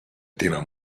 tema